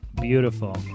Beautiful